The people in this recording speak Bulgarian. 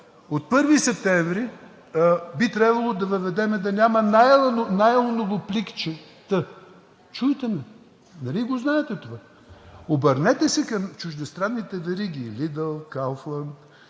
от 1 септември би трябвало да въведем да няма найлоново пликче, та чуйте ме, нали знаете това? Обърнете се към чуждестранните вериги – Лидъл, Кауфланд,